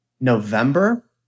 November